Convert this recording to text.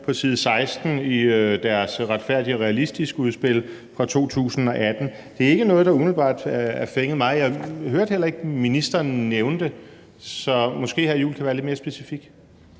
på side 16 i deres »Retfærdig og Realistisk«-udspil fra 2018. Det er ikke noget, der umiddelbart fænger mig, og jeg hørte heller ikke ministeren nævnte det, så måske hr. Christian Juhl kan være lidt mere specifik.